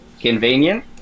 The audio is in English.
convenient